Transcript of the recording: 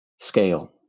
scale